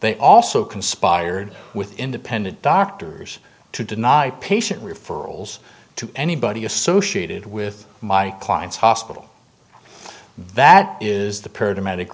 they also conspired with independent doctors to deny patient referrals to anybody associated with my client's hospital that is the p